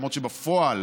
למרות שבפועל